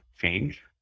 change